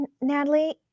Natalie